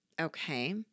Okay